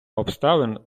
обставин